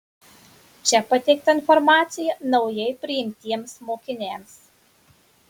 čia pateikta informacija naujai priimtiems mokiniams